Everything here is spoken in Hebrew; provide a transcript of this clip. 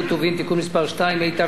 התשע"ב 2012,